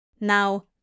Now